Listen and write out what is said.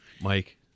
Mike